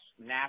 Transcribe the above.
Nash